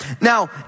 Now